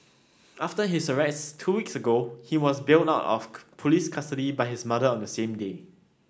after his arrest two weeks ago he was bailed out of police custody by his mother on the same day